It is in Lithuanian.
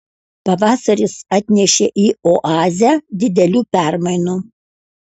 pavasaris atnešė į oazę didelių permainų